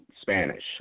Spanish